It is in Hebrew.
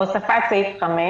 הוספת סעיף 5